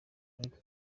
ariko